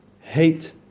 hate